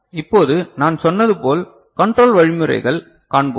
இப்போது நான் சொன்னது போல் கன்ட்ரோல் வழிமுறைகள் காண்போம்